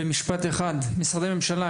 במשפט אחד: משרדי הממשלה,